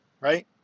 right